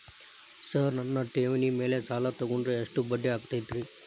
Sir ನನ್ನ ಠೇವಣಿ ಮೇಲೆ ಸಾಲ ತಗೊಂಡ್ರೆ ಎಷ್ಟು ಬಡ್ಡಿ ಆಗತೈತ್ರಿ?